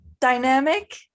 dynamic